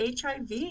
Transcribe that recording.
HIV